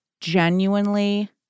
genuinely